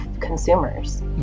consumers